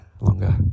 longer